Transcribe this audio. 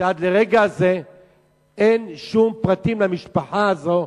שעד לרגע זה אין שום פרטים למשפחה הזו,